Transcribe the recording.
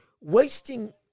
wasting